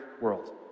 world